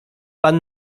pan